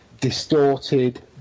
distorted